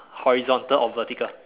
horizontal or vertical